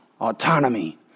Autonomy